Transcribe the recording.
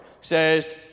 says